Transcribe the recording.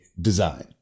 Design